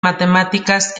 matemáticas